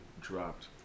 dropped